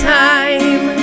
time